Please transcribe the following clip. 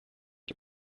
cyo